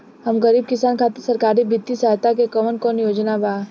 हम गरीब किसान खातिर सरकारी बितिय सहायता के कवन कवन योजना बा?